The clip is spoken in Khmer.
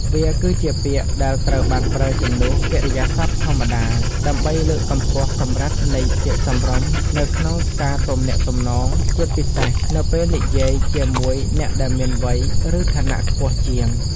វាគឺជាពាក្យដែលត្រូវបានប្រើជំនួសកិរិយាសព្ទធម្មតា ដើម្បីលើកកម្ពស់កម្រិតនៃភាពសមរម្យនៅក្នុងការទំនាក់ទំនង ជាពិសេសនៅពេលនិយាយជាមួយអ្នកដែលមានវ័យ ឬឋានៈខ្ពស់ជាង។